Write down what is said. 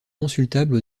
consultables